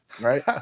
right